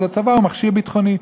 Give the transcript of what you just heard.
אז הצבא הוא מכשיר ביטחוני.